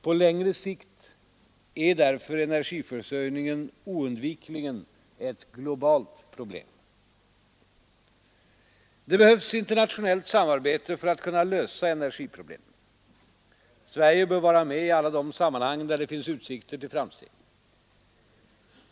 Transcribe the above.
På längre sikt är därför energiförsörjningen oundvikligen ett globalt problem. Det behövs internationellt samarbete för att kunna lösa energiproblemen. Sverige bör vara med i alla de sammanhang där det finns utsikter till framsteg.